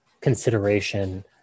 consideration